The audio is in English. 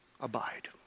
Abide